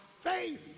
faith